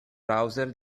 browser